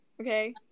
Okay